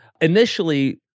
initially